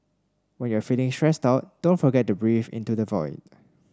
when you are feeling stressed out don't forget to breathe into the void